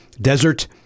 desert